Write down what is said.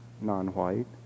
non-white